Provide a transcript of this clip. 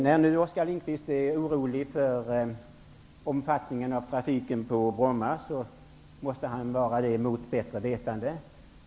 När Oskar Lindkvist nu är orolig över trafikens omfattning på Bromma, måste han vara det mot bättre vetande.